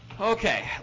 Okay